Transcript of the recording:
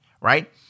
right